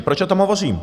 Proč o tom hovořím?